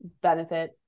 benefit